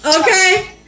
okay